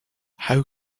how